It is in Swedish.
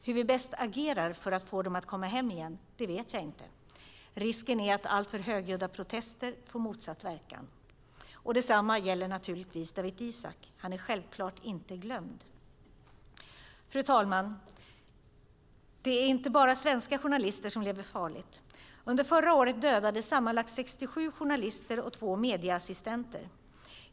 Hur vi bäst agerar för att få dem att komma hem igen vet jag inte. Risken är att alltför högljudda protester får motsatt verkan. Detsamma gäller naturligtvis Dawit Isaak. Han är självklart inte glömd. Fru talman! Det är inte bara svenska journalister som lever farligt. Under förra året dödades sammanlagt 67 journalister och 2 medieassistenter.